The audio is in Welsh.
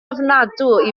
ofnadwy